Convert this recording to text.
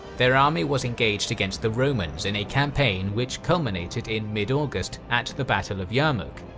their army was engaged against the romans in a campaign which culminated in mid-august, at the battle of yarmouk.